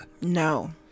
No